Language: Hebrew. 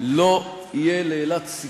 אבל היא לא התחילה היום.